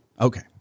Okay